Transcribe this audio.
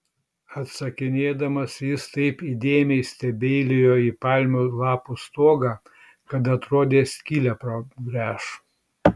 atsakinėdamas jis taip įdėmiai stebeilijo į palmių lapų stogą kad atrodė skylę pragręš